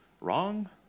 wrong